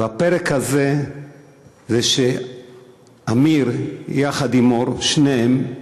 והפרק הזה זה שאמיר, יחד עם אור, שניהם,